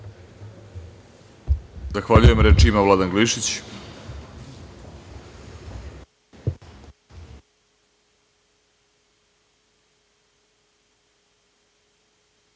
Zahvaljujem. Reč ima Vladan Glišić.